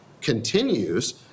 continues